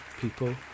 people